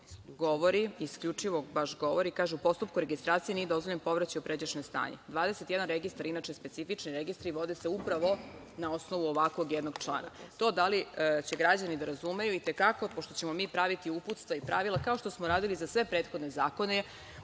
isključivo govori, kaže – u postupku registracije nije dozvoljen povraćaj u pređašnje stanje. Dvadeset jedan registar je inače specifičan registar i vode se upravo na osnovu ovakvog jednog člana. To, da li će građani da razumeju, i te kako pošto ćemo mi praviti uputstva i pravila, kao što smo radili i za sve prethodne zakone